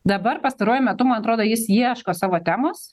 dabar pastaruoju metu man atrodo jis ieško savo temos